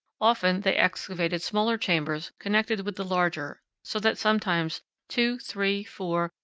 often they excavated smaller chambers connected with the larger, so that sometimes two, three, four,